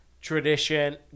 tradition